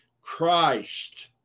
Christ